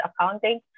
accounting